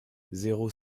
zéro